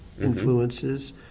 influences